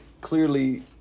clearly